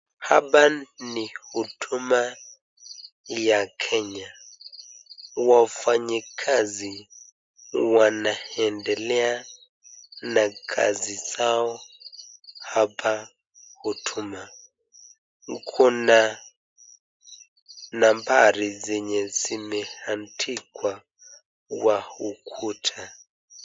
Hapa ni huduma ya Kenya. Wafanyikazi wanaendelea na kazi zao hapa huduma. Kuna nambari zenye zimeandikwa kwa ukuta.